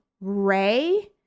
ray